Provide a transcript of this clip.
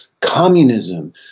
communism